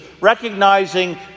recognizing